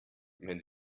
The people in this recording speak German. wenn